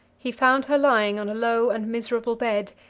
he found her lying on a low and miserable bed,